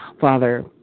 Father